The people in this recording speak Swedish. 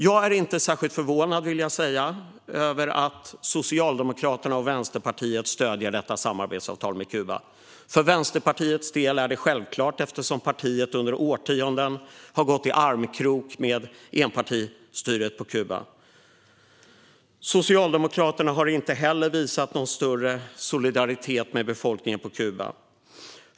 Jag är inte särskilt förvånad, vill jag säga, över att Socialdemokraterna och Vänsterpartiet stöder detta samarbetsavtal med Kuba. För Vänsterpartiets del är det självklart eftersom partiet under årtionden har gått i armkrok med enpartistyret på Kuba. Socialdemokraterna har inte heller visat någon större solidaritet med befolkningen på Kuba.